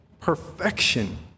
perfection